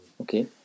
Okay